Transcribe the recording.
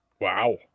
Wow